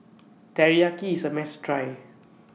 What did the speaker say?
Teriyaki IS A must Try